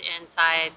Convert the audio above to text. inside